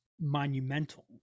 monumental